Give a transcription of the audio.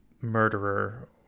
murderer